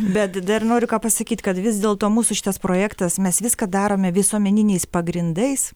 bet dar noriu ką pasakyt kad vis dėl to mūsų šitas projektas mes viską darome visuomeniniais pagrindais